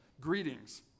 Greetings